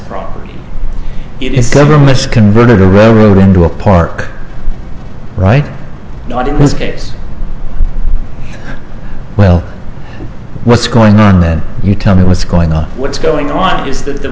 much converted a road into a park right not in this case well what's going on then you tell me what's going on what's going on is that the